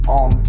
on